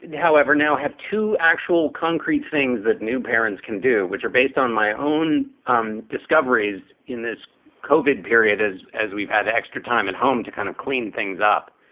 and however, now have two actual concrete things that new parents can do, which are based on my own um discoveries in this kovik period as as we've had extra time at and home to kind of clean things up.